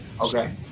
Okay